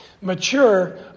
Mature